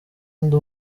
ndi